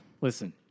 Listen